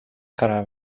karar